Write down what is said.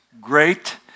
great